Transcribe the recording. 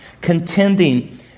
Contending